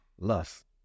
Lust